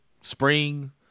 spring